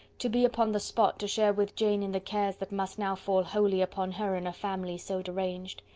to be upon the spot to share with jane in the cares that must now fall wholly upon her, in a family so deranged,